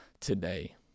today